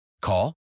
Call